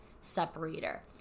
separator